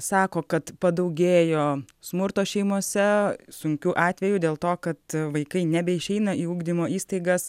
sako kad padaugėjo smurto šeimose sunkių atvejų dėl to kad vaikai nebeišeina į ugdymo įstaigas